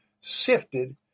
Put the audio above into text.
sifted